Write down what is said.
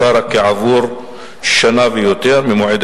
דווקא רגולציה של המחוקק על שיעור דמי